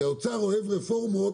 כי האוצר אוהב רפורמות,